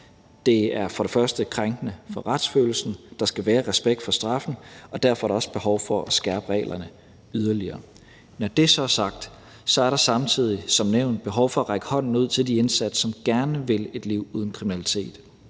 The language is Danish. Det er først og fremmest krænkende for retsfølelsen. Der skal være respekt for straffen, og derfor er der også behov for at skærpe reglerne yderligere. Når det så er sagt, er der samtidig som nævnt behov for at række ud til de indsatte, som gerne vil et liv uden kriminalitet.